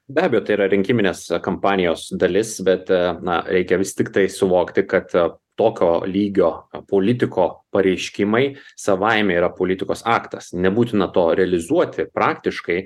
be abejo tai yra rinkiminės kampanijos dalis bet na reikia vis tiktai suvokti kad tokio lygio politiko pareiškimai savaime yra politikos aktas nebūtina to realizuoti praktiškai